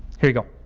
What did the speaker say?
here you go.